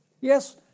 Yes